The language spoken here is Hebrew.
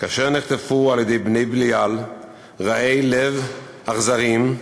כאשר נחטפו על-ידי בני-בליעל רעי לב, אכזרים,